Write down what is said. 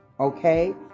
Okay